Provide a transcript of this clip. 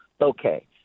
Okay